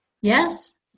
Yes